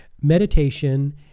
meditation